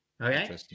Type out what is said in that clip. Okay